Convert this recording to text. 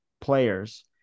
players